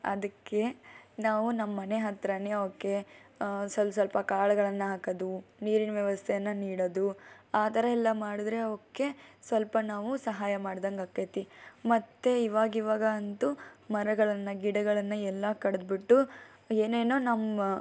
ಅದಕ್ಕೆ ನಾವು ನಮ್ಮ ಮನೆ ಹತ್ತಿರನೇ ಅವುಕ್ಕೆ ಸ್ವಲ್ಪ ಸ್ವಲ್ಪ ಕಾಳುಗಳನ್ನು ಹಾಕೋದು ನೀರಿನ ವ್ಯವಸ್ಥೆಯನ್ನು ನೀಡೋದು ಆ ಥರ ಎಲ್ಲ ಮಾಡಿದರೆ ಅವುಕ್ಕೆ ಸ್ವಲ್ಪ ನಾವು ಸಹಾಯ ಮಾಡ್ದಂಗೆ ಆಗ್ತೈತೆ ಮತ್ತೆ ಇವಾಗ ಇವಾಗ ಅಂತು ಮರಗಳನ್ನು ಗಿಡಗಳನ್ನು ಎಲ್ಲ ಕಡ್ದು ಬಿಟ್ಟು ಏನೇನೋ ನಮ್ಮ